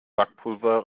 backpulver